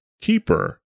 keeper